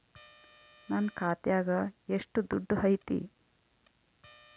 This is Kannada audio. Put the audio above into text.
ನನ್ನ ಖಾತ್ಯಾಗ ಎಷ್ಟು ದುಡ್ಡು ಐತಿ?